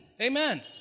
Amen